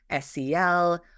SEL